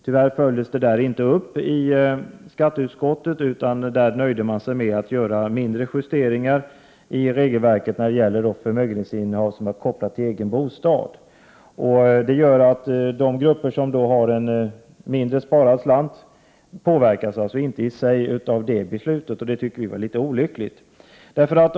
Tyvärr följdes inte detta upp av skatteutskottet, utan man nöjde sig med att göra mindre justeringar i regelverket när det gäller förmögenhetsinnehav som är kopplat till egen bostad. Detta gör att de grupper som har en mindre sparad slant inte påverkas av beslutet. Det tycker vi är litet olyckligt.